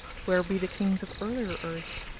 where be the kings of earlier earth?